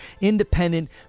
independent